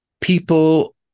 people